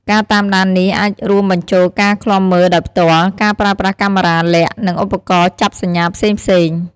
ការតាមដាននេះអាចរួមបញ្ចូលការឃ្លាំមើលដោយផ្ទាល់ ការប្រើប្រាស់កាមេរ៉ាលាក់ និងឧបករណ៍ចាប់សញ្ញាផ្សេងៗ។